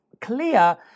clear